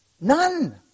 None